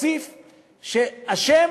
הממשלה.